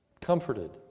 comforted